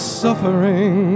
suffering